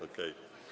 Okej.